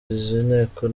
inteko